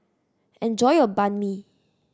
enjoy your Banh Mi